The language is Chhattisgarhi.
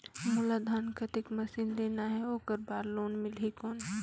मोला धान कतेक मशीन लेना हे ओकर बार लोन मिलही कौन?